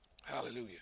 Hallelujah